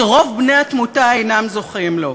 שרוב בני-התמותה אינם זוכים לו.